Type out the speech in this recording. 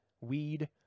weed